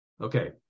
Okay